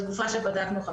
בתקופה שבדקנו,